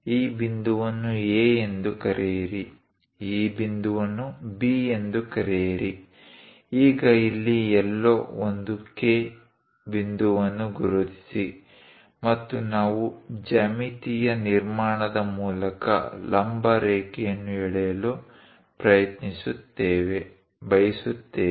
ಈ ಬಿಂದುವನ್ನು A ಎಂದು ಕರೆಯಿರಿ ಈ ಬಿಂದುವನ್ನು B ಎಂದು ಕರೆಯಿರಿ ಈಗ ಇಲ್ಲಿ ಎಲ್ಲೋ ಒಂದು K ಬಿಂದುವನ್ನು ಗುರುತಿಸಿ ಮತ್ತು ನಾವು ಜ್ಯಾಮಿತೀಯ ನಿರ್ಮಾಣದ ಮೂಲಕ ಲಂಬ ರೇಖೆಯನ್ನು ಎಳೆಯಲು ಬಯಸುತ್ತೇವೆ